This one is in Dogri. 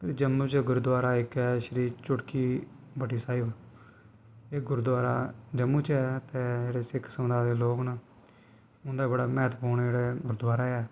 जम्मू च गुरूद्वारा इक ऐ श्री चुटकी बट्टी साहिब एह् गुरूद्वारा जम्मू च ऐ ते जेह्ड़े सिख समुदाय दे लोग न उं'दा बड़ा म्हत्तवपूर्ण जेह्ड़ा ऐ गुरूद्वारा ऐ